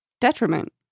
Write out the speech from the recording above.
detriment